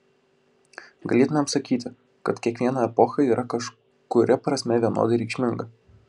galėtumėm sakyti kad kiekviena epocha yra kažkuria prasme vienodai reikšminga